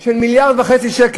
של 1.5 מיליארד שקל.